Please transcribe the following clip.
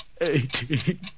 eighteen